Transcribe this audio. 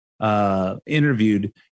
Interviewed